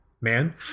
man